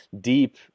deep